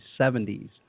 1970s